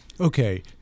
okay